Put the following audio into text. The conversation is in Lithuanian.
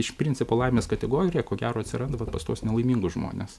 iš principo laimės kategorija ko gero atsiranda bet pas tuos nelaimingus žmones